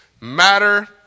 matter